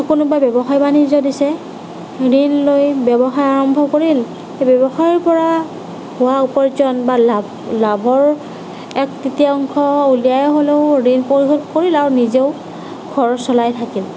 কোনোবাই ব্য়ৱসায় বাণিজ্য় দিছে ঋণ লৈ ব্য়ৱসায় আৰম্ভ কৰিল সেই ব্য়ৱসায়ৰ পৰা হোৱা উপাৰ্জন বা লাভৰ এক তৃতীয়াংশ উলিয়াই হ'লেও ঋণ পৰিশোধ কৰিল আৰু নিজেও ঘৰ চলাই থাকিল